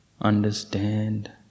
Understand